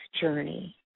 Journey